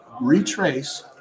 retrace